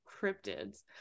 cryptids